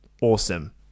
Awesome